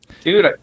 Dude